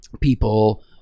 people